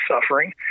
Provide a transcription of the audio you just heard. suffering